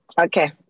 Okay